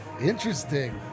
Interesting